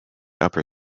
upper